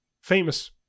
famous